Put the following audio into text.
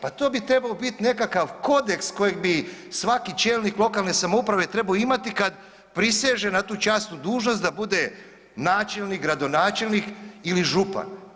Pa to bi trebao biti nekakav kodeks kojeg bi svaki čelnik lokalne samouprave trebao imati kad priseže na tu časnu dužnost da bude načelnik, gradonačelnik ili župan.